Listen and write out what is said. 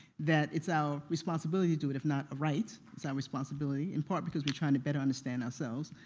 that it's our responsibility to do it. if not a right, it's our responsibility, in part because we're trying to better understand ourselves.